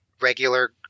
regular